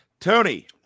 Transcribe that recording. Tony